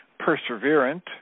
perseverant